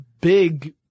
big